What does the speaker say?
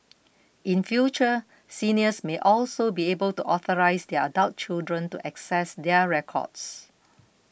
in future seniors may also be able to authorise their adult children to access their records